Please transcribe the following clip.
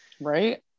right